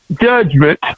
judgment